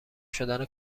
شدن